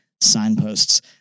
signposts